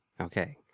Okay